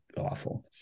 awful